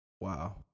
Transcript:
wow